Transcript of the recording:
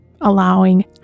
allowing